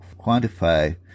quantify